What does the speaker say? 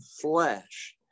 flesh